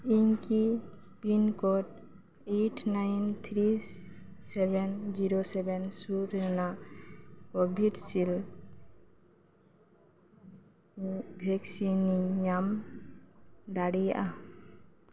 ᱤᱧᱠᱤ pin code eight nine three seven zero seven four ᱨᱮᱱᱟᱜ ᱠᱚᱵᱷᱤᱴ ᱥᱤᱞ ᱵᱷᱮᱠᱥᱤᱱᱤᱧ ᱧᱟᱢ ᱫᱟᱲᱮᱭᱟᱜᱼᱟ